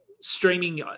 streaming